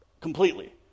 completely